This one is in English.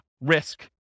risk